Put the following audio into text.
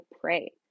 pray